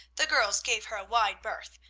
the girls gave her a wide berth,